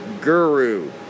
guru